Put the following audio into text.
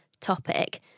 topic